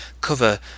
cover